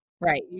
Right